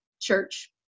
church